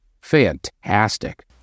Fantastic